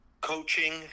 Coaching